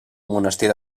monestir